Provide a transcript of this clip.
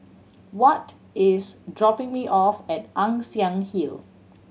Watt is dropping me off at Ann Siang Hill